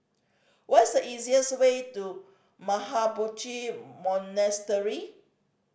what is the easiest way to Mahabodhi Monastery